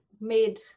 made